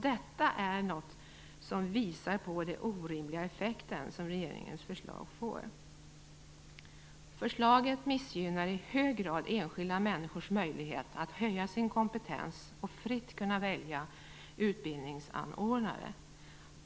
Detta visar på den orimliga effekt som regeringens förslag får. Förslaget missgynnar i hög grad enskilda människors möjlighet att höja sin kompetens och fritt kunna välja utbildningsanordnare.